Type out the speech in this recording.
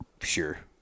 Sure